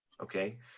Okay